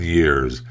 years